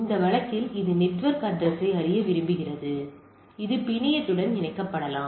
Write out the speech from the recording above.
இந்த வழக்கில் இது நெட்வொர்க் அட்ரஸ்யை அறிய விரும்புகிறது எனவே இது பிணையத்துடன் இணைக்கப்படலாம்